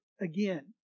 Again